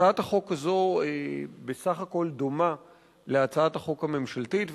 הצעת החוק הזו בסך הכול דומה להצעת החוק הממשלתית,